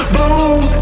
Bloom